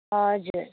हजुर